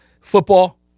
football